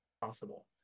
possible